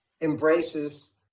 embraces